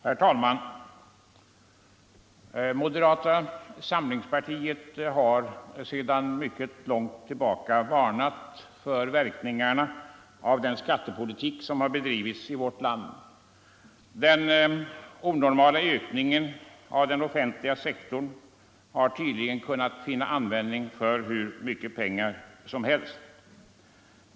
Herr talman! Moderata samlingspartiet har sedan mycket länge varnat för verkningarna av den skattepolitik som bedrivits i vårt land. Den onormala ökningen av den offentliga sektorn har tydligen kunnat finna användning för hur mycket pengar som helst.